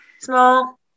Small